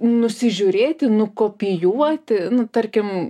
nusižiūrėti nukopijuoti nu tarkim